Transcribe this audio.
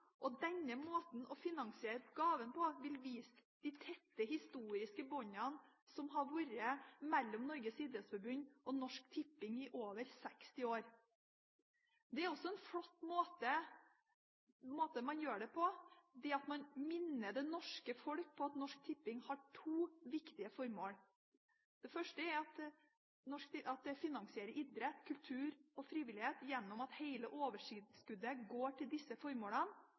og denne måten å finansiere gaven på vil vise de tette historiske båndene som har vært mellom Norges idrettsforbund og Norsk Tipping i over 60 år. Det er også en flott måte å minne det norske folk på at Norsk Tipping har to viktige formål: å finansiere idrett, kultur og frivillighet gjennom at hele overskuddet går til disse formålene